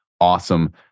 awesome